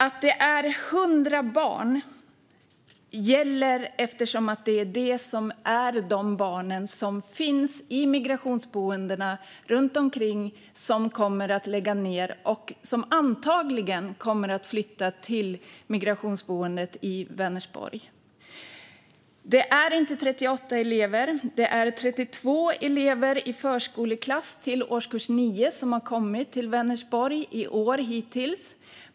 Att det är 100 barn gäller, eftersom det är det antalet barn som finns i de migrationsboenden runt omkring som kommer att lägga ned. Dessa kommer antagligen att flytta till Migrationsverkets boende i Vänersborg. Det är inte 38 elever; det är 32 elever i förskoleklass till årskurs 9 som har kommit till Vänersborg hittills i år.